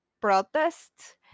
protests